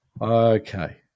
Okay